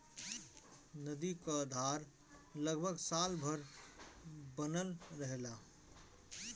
नदी क धार लगभग साल भर बनल रहेला